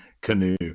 canoe